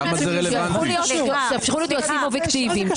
למה צריך להתנות בין אחד לשני?